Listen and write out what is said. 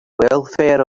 welfare